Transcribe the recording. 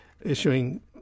issuing